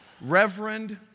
Reverend